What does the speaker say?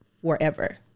Forever